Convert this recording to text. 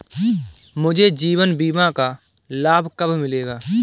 मुझे जीवन बीमा का लाभ कब मिलेगा?